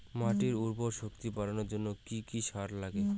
মাটির উর্বর শক্তি বাড়ানোর জন্য কি কি সার লাগে?